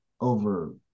over